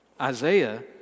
Isaiah